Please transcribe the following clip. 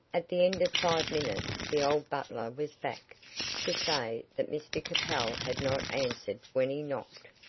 at the end of five minutes the old butler was back to say that mr capel had not answered when he knocked.